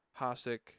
Hasek